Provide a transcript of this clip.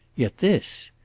yet this,